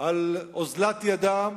על אוזלת ידם,